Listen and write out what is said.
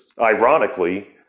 ironically